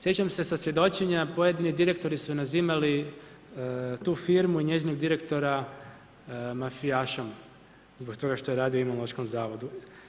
Sjećam se sa svjedočenja, pojedini direktori su nazivali tu firmu i njezinog direktora mafijašom zbog toga što je radio u Imunološkom zavodu.